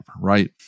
right